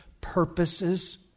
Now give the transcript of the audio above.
purposes